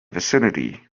vicinity